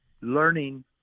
learning –